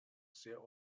sehr